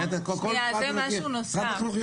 משרד החינוך יודע